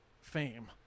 fame